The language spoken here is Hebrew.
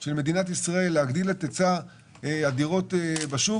של מדינת ישראל להגדיל את היצע הדירות בשוק.